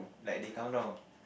like they countdown